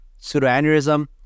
pseudoaneurysm